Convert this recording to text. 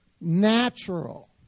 natural